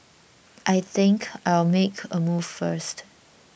I think I'll make a move first